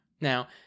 Now